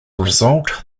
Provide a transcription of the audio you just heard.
result